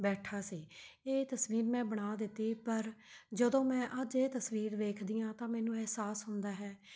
ਬੈਠਾ ਸੀ ਇਹ ਤਸਵੀਰ ਮੈਂ ਬਣਾ ਦਿੱਤੀ ਪਰ ਜਦੋਂ ਮੈਂ ਅੱਜ ਇਹ ਤਸਵੀਰ ਵੇਖਦੀ ਹਾਂ ਤਾਂ ਮੈਨੂੰ ਅਹਿਸਾਸ ਹੁੰਦਾ ਹੈ